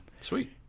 Sweet